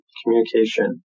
communication